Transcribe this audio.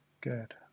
good